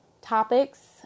topics